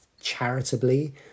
charitably